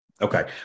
okay